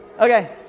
Okay